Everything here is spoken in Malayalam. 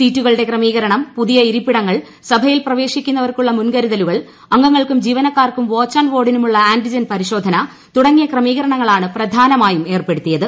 സീറ്റുകളുടെ ക്രമീകരണം പുതിയ ഇരിപ്പിടങ്ങൾ സഭയിൽ പ്രവേശിക്കുന്നവർക്കുള്ള മുൻകരുതലുകൾ അംഗങ്ങൾക്കും ജീവനിക്കാർക്കും വാച്ച് ആൻഡ് വാർഡിനുമുള്ള ആന്റിജൻ ക്രമീകരണങ്ങളാണ് പ്രധാനമായും ഏർപ്പെടുത്തിയത്